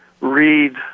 read